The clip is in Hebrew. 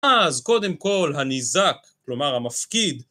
אז קודם כל הניזק, כלומר המפקיד